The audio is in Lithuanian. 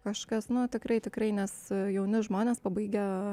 kažkas nu tikrai tikrai nes jauni žmonės pabaigę